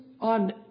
on